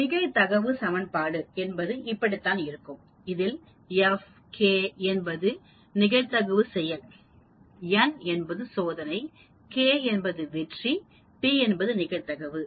நிகழ்தகவு சமன்பாடு என்பது இப்படித்தான் இருக்கும் இதில் f k என்பது நிகழ்தகவு செயல் n என்பது சோதனை k என்பது வெற்றி p என்பது நிகழ்தகவு